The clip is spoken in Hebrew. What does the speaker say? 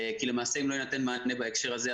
כי למעשה אם לא ניתן מענה בהקשר הזה,